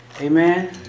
Amen